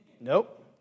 nope